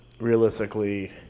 realistically